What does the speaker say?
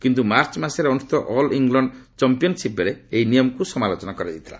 କିନ୍ତୁ ମାର୍ଚ୍ଚ ମାସରେ ଅନୁଷ୍ଠିତ ଅଲ୍ ଇଂଲଣ୍ଡ ଚମ୍ପିୟନ୍ସିପ୍ ବେଳେ ଏହି ନିୟମକୁ ସମାଲୋଚନା କରାଯାଇଥିଲା